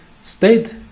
stayed